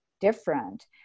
different